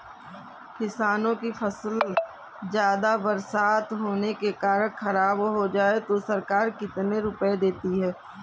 किसानों की फसल ज्यादा बरसात होने के कारण खराब हो जाए तो सरकार कितने रुपये देती है?